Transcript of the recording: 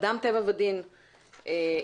אדם טבע ודין אתנו?